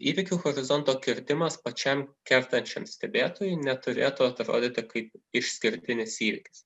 įvykių horizonto kirtimas pačiam kertančiam stebėtojui neturėtų atrodyti kaip išskirtinis įvykis